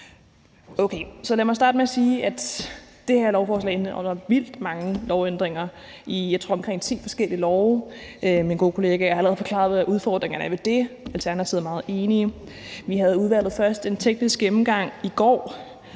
aftaler. Lad mig starte med at sige, at det her lovforslag indeholder vildt mange lovændringer i omkring ti forskellige love, tror jeg. Mine gode kollegaer har allerede forklaret, hvad udfordringerne er ved det. Alternativet er meget enige. Vi havde i udvalget først en teknisk gennemgang i går,